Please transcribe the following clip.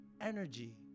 energy